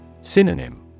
Synonym